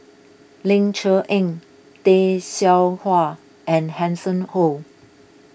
Ling Cher Eng Tay Seow Huah and Hanson Ho